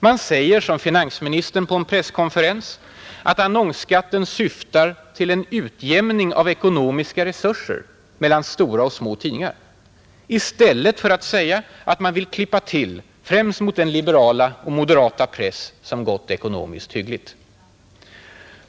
Man säger, som finansministern på en presskonferens, att annonsskatten syftar till en ”utjämning” av ekonomiska resurser mellan olika tidningar — i stället för att säga att man vill klippa till främst mot den liberala och moderata press som gått ekonomiskt hyggligt.